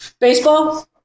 baseball